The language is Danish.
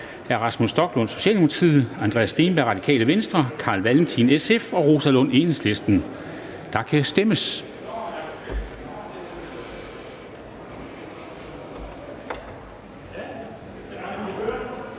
der kan stemmes.